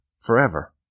forever